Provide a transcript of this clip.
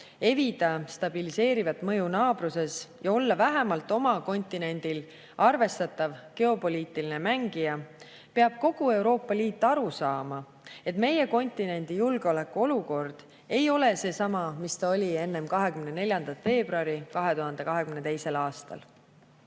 evida stabiliseerivat mõju naabruses ja olla vähemalt oma kontinendil arvestatav geopoliitiline mängija, peab kogu Euroopa Liit aru saama, et meie kontinendi julgeolekuolukord ei ole seesama, mis ta oli enne 24. veebruari 2022. aastal.